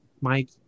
Mike